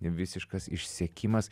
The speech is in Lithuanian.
visiškas išsekimas